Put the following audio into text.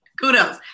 Kudos